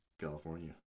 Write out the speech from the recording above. California